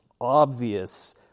obvious